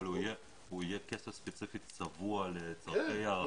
אבל הוא יהיה כסף ספציפי צבוע לצרכי הארכה?